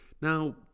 Now